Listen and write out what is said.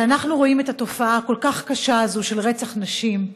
כשאנחנו רואים את התופעה הכל-כך קשה הזאת של רצח נשים,